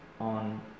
on